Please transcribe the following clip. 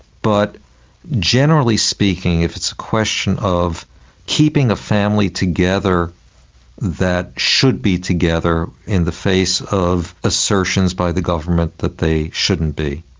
but generally speaking if it's a question of keeping a family together that should be together in the face of assertions by the government that they shouldn't be,